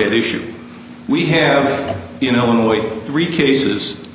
at issue we have you know only three cases